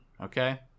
Okay